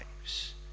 lives